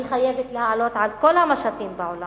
אני חייבת לעלות על כל המשטים בעולם